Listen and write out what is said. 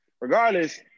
Regardless